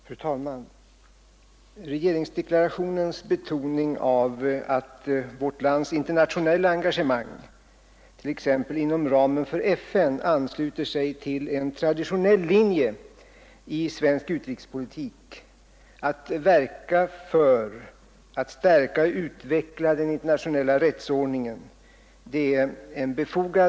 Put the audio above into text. Fru talman! Regeringsdeklarationen betonar att vårt lands internationella engagemang, t.ex. inom ramen för FN, ansluter sig till en traditionell linje i svensk utrikespolitik att verka för att stärka och utveckla den internationella rättsordningen.